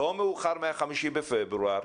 לא מאוחר מה-5 בפברואר.